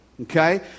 Okay